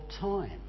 time